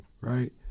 right